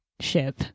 ship